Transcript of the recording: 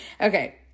okay